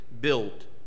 built